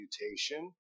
Mutation